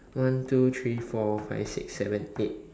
one two three four five six seven eight